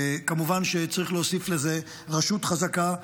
כמובן שצריך להוסיף לזה רשות חזקה,